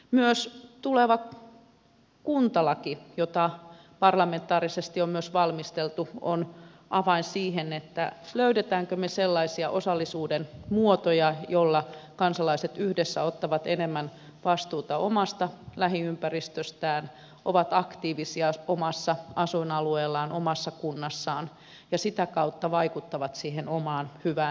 myös tuleva kuntalaki jota myös parlamentaarisesti on valmisteltu on avain siihen löydämmekö me sellaisia osallisuuden muotoja joilla kansalaiset yhdessä ottavat enemmän vastuuta omasta lähiympäristöstään ovat aktiivisia omalla asuinalueellaan omassa kunnassaan ja sitä kautta vaikuttavat siihen omaan hyvään elämäänsä